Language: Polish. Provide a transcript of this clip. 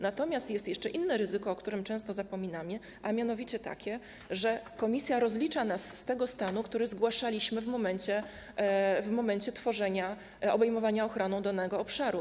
Natomiast jest jeszcze inne ryzyko, o którym często zapominamy, a mianowicie takie, że Komisja rozlicza nas z tego stanu, który zgłaszaliśmy w momencie obejmowania ochroną danego obszaru.